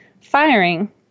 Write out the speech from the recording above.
firing